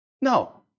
No